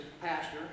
pastor